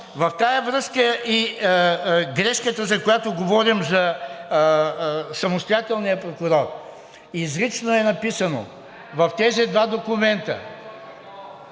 В тази връзка и грешката, за която говорим, за самостоятелния прокурор изрично е написано в тези два документа…